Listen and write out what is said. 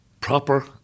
Proper